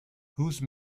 whose